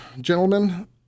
gentlemen